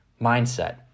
mindset